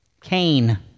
Cain